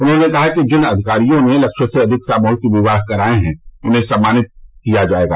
उन्होंने कहा कि जिन अधिकारियों ने लक्ष्य से अधिक सामूहिक विवाह कराये हैं उन्हें सम्मानित किया जाएगा